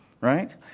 right